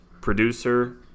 producer